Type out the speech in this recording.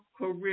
career